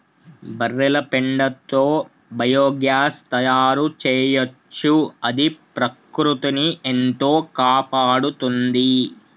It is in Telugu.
బర్రెల పెండతో బయోగ్యాస్ తయారు చేయొచ్చు అది ప్రకృతిని ఎంతో కాపాడుతుంది